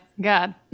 God